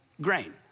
grain